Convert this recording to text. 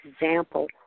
example